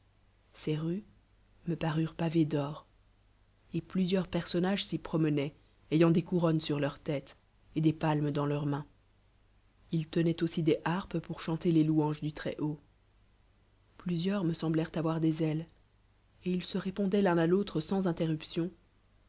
se rues me parurent pavées d'or et plusieurs personnages s'y promenaient ayant des couronnes sur jeun têtes et des palmes dans leurs mains ils tultokeuk ssi des harpes pour chantcr lei uanges du trè h auto plusieurs me mblèrent avoir des ailes et ils se répojjd'oiedt l'un àl'autre sans inter